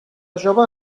jove